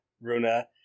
Runa